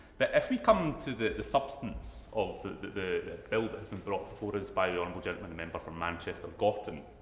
but if we come to the the substance of the bill that has been brought before us by the honourable gentleman, the member for manchester gorton,